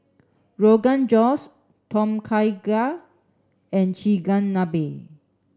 Rogan Josh Tom Kha Gai and Chigenabe